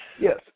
Yes